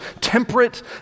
temperate